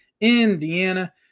Indiana